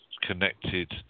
connected